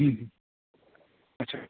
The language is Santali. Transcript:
ᱦᱮᱸ ᱟᱪᱪᱷᱟ